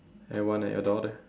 anyone at your door there